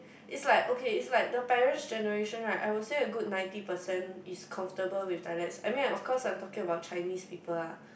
is like okay it's like the parents' generation right I would say a good ninety percent is comfortable with dialects I mean I of course I'm talking about Chinese people ah